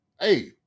hey